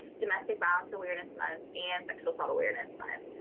domestic violence awareness month, and sexual assault awareness month.